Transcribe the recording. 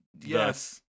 Yes